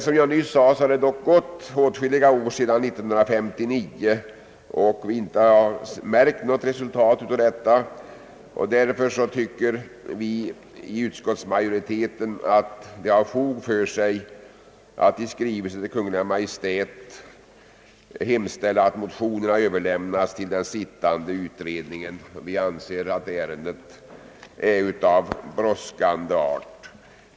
Som jag nyss sade har det dock förflutit åtskilliga år sedan 1959 utan att man kunnat märka något resultat. Därför tycker vi inom utskottsmajoriteten att det har fog för sig att i skrivelse till Kungl. Maj:t hemställa att motionerna överlämnas till den sittande utredningen. Vi anser att ärendet är av brådskande art.